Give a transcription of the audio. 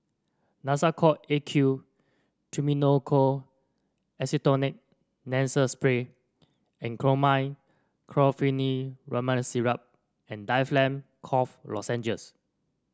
Nasacort A Q Triamcinolone Acetonide Nasal Spray and Chlormine Chlorpheniramine Syrup and Difflam Cough Lozenges